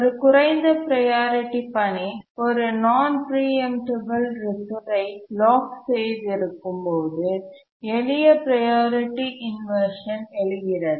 ஒரு குறைந்த ப்ரையாரிட்டி பணி ஒரு நான் பிரீஎம்டபல் ரிசோர்ஸ் ஐ லாக் செய்து இருக்கும் போது எளிய ப்ரையாரிட்டி இன்வர்ஷன் எழுகிறது